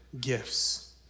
gifts